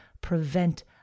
prevent